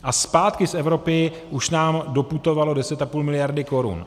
A zpátky z Evropy už k nám doputovalo 10,5 miliardy korun.